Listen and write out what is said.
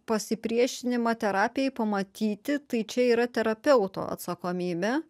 pasipriešinimą terapijai pamatyti tai čia yra terapeuto atsakomybė